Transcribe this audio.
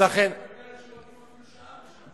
שלא עבדו אפילו שעה בשבוע,